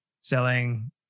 selling